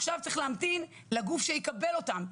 עכשיו צריך להמתין לגוף שיקבל אותם.